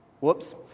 Whoops